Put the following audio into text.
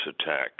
attack